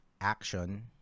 action